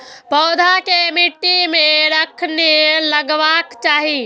पौधा के मिट्टी में कखेन लगबाके चाहि?